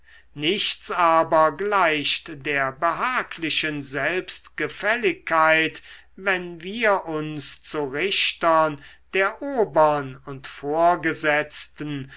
nichts aber gleicht der behaglichen selbstgefälligkeit wenn wir uns zu richtern der obern und vorgesetzten